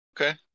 Okay